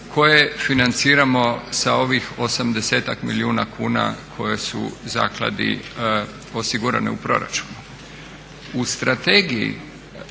koje financiramo sa ovih 80-ak milijuna kuna koje su zakladi osigurane u proračunu. U Strategiji